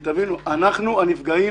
תבינו, אנחנו הנפגעים